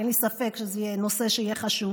אין לי ספק שזה נושא שיהיה לה חשוב